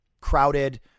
crowded